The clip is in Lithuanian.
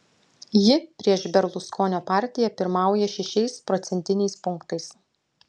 ji prieš berluskonio partiją pirmauja šešiais procentiniais punktais